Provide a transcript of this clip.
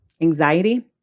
anxiety